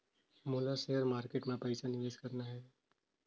मोला share market मां पइसा निवेश करना हे?